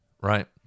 right